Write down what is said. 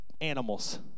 animals